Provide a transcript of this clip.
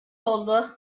oldu